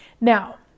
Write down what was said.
Now